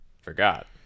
Forgot